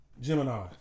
Gemini